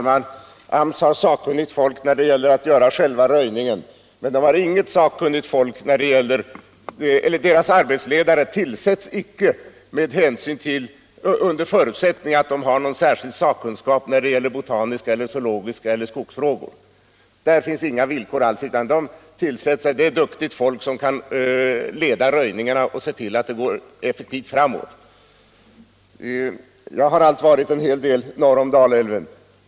Herr talman! AMS har sakkunnigt folk när det gäller att göra själva röjningen. Men deras arbetsledare tillsätts icke därför att de har någon särskild sakkunskap i botaniska och zoologiska frågor eller i skogsfrågor. I det avseendet finns inga villkor alls, utan de tillsätts just därför att de är duktiga människor som kan leda röjningarna och se till att arbetet bedrivs effektivt. Jag har faktiskt varit en hel del norr om Dalälven.